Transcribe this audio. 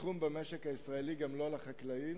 תחום במשק הישראלי, וגם לא לחקלאים.